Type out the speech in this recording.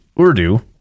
Urdu